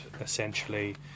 essentially